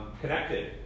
connected